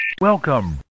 Welcome